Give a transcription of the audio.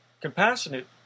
compassionate